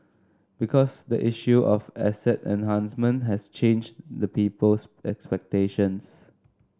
because the issue of asset enhancement has changed the people's expectations